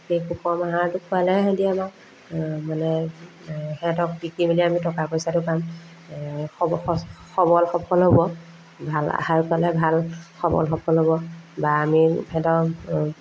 সেই সুষম আহাৰটো খুৱালেহে সেহেঁতি আমাক মানে সিহঁতক বিকি মেলি আমি টকা পইচাটো পাম সবল সফল হ'ব ভাল আহাৰ পালে ভাল সবল সফল হ'ব বা আমি সিহঁতক